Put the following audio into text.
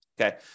okay